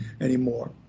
anymore